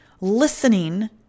listening